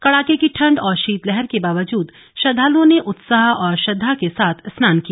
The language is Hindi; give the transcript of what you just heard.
कड़ाके की ठंड और शीतलहर के बावजूद श्रद्धालुओं ने उत्साह और श्रद्वा के साथ स्नान किया